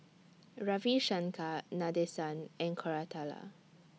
Ravi Shankar Nadesan and Koratala